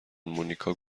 مونیکا